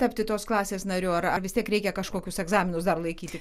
tapti tos klasės nariu ar ar vis tiek reikia kažkokius egzaminus dar laikyti